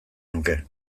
nuke